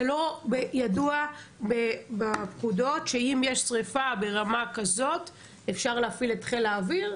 זה לא ידוע בפקודות שאם יש שריפה ברמה כזאת אפשר להפעיל את חיל האוויר?